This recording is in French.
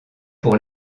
pour